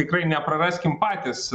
tikrai nepraraskim patys